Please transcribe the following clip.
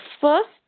first